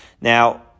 Now